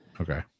okay